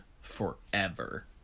forever